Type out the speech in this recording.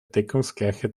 deckungsgleiche